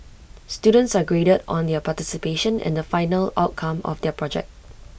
students are graded on their participation and the final outcome of their project